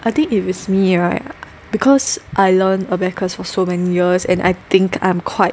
I think if it's me right because I learn abacus for so many years and I think I'm quite